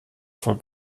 voll